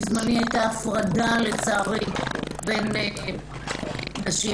בזמני הייתה לצערי הפרדה בין גברים ונשים